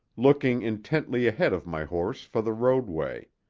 looking intently ahead of my horse for the roadway.